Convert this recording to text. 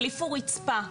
החליפו רצפה,